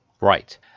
Right